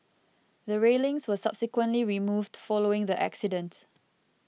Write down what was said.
the railings were subsequently removed following the accident